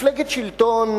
מפלגת שלטון,